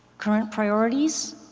current priorities